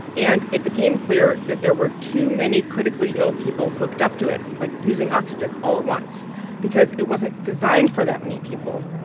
and it became clear that there were too many critically ill people hooked up to it like, using oxygen all at once because it wasn't designed for that many people,